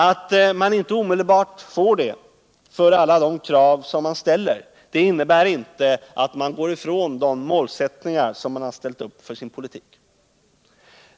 Att man inte omedelbart får det för alla de krav som man ställer innebär inte att man går ifrån de målsättningar som man ställer upp för sin politik.